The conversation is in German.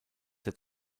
der